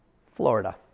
Florida